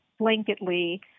blanketly